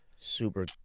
super